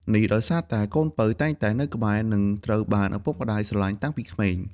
នេះដោយសារតែ កូនពៅតែងតែនៅក្បែរ និងត្រូវបានឪពុកម្តាយស្រលាញ់តាំងពីក្មេង។